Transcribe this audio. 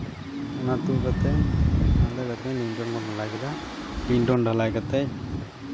ᱚᱱᱟ ᱛᱩᱫ ᱠᱟᱛᱮᱫ ᱚᱱᱟ ᱜᱟᱹᱛᱷᱱᱤ ᱞᱤᱱᱴᱚᱱ ᱵᱚᱱ ᱰᱷᱟᱞᱟᱭ ᱠᱮᱫᱟ ᱞᱤᱱᱴᱚᱱ ᱰᱷᱟᱞᱟᱭ ᱠᱟᱛᱮᱫ